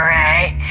right